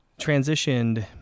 transitioned